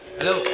Hello